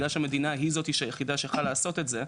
שבגלל שהמדינה היא היחידה שיכולה לעשות את זה,